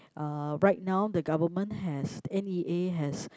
uh right now the government has N_E_A has